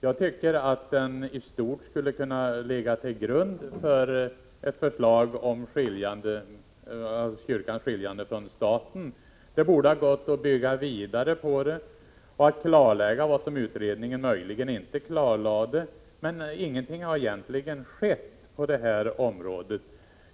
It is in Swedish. Jag tycker att den istort skulle kunna ligga till grund för förslag om kyrkans skiljande från staten. Det borde ha gått att bygga vidare på den utredningen och klarlägga vad utredningen möjligen inte klarlade. Men ingenting har egentligen skett på det här området.